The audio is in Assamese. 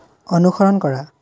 অনুসৰণ কৰা